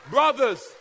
Brothers